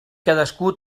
cadascú